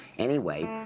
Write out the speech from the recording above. anyway,